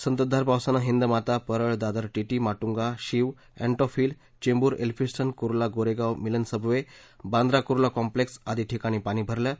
संततधार पावसानं Hindmata Parel Dadar TT Matunga Shiv Antop hill Chembur Elphinstone Kurla Goregaon Milan subway Bandra Kurla complex आदि ठिकाणी पाणी भरलंय